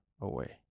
away